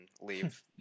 leave